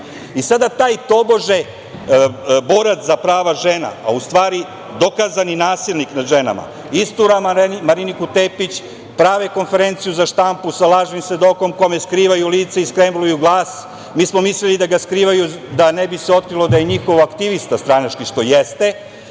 Sada taj tobože borac za prava žena, a u stvari dokazani nasilnik nad ženama, istura Mariniku Tepić, prave konferenciju za štampu sa lažnim svedokom i skrivaju lica i skrembluju glas. Mi smo mislili da ga skrivaju da se ne bi otkrilo da je njihov aktivista stranački, što jeste.